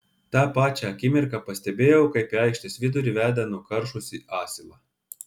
tą pačią akimirką pastebėjau kaip į aikštės vidurį veda nukaršusį asilą